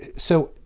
so,